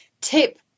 tip